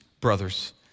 brothers